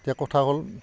এতিয়া কথা হ'ল